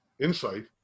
insight